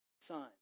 Son